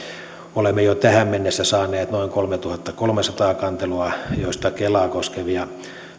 olemme jo tähän mennessä saaneet noin kolmetuhattakolmesataa kantelua joista kelaa koskevia